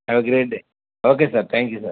have a great day okay sir thank you sir